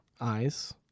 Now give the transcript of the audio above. eyes